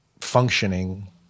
functioning